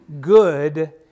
good